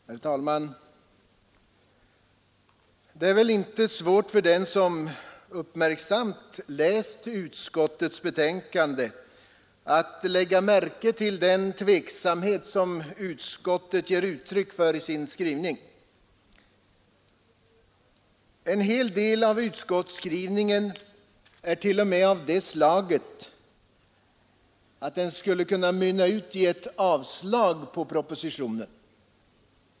Herr talman! Det är väl inte svårt för den som uppmärksamt läst utskottets betänkande att lägga märke till den tveksamhet som utskottet ger uttryck för i sin skrivning. En hel del av utskottsskrivningen är av det slaget att den skulle kunna mynna ut i ett yrkande om avslag på propositionen.